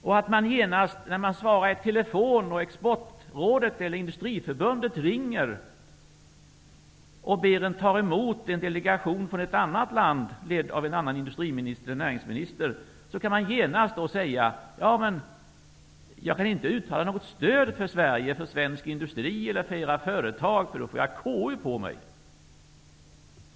Ni tror att när man svarar i telefonen då Exportrådet eller Industriförbundet ringer och ber en ta emot en delegation, från ett annat land, ledd av en industri eller näringsminister, skall man genast säga att man inte kan uttala något stöd för Sverige, för svensk industri eller för något företag eftersom man då får KU på sig.